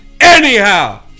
anyhow